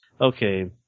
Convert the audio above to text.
okay